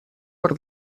per